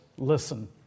Listen